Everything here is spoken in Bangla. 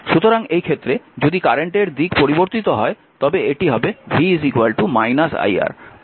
সুতরাং এই ক্ষেত্রে যদি কারেন্টের দিক পরিবর্তিত হয় তবে এটি হবে v iR